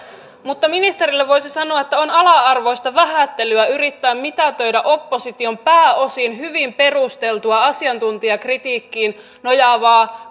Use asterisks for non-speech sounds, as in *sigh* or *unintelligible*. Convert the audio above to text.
mutta ministerille voisi sanoa että on ala arvoista vähättelyä yrittää mitätöidä opposition pääosin hyvin perusteltua asiantuntijakritiikkiin nojaavaa *unintelligible*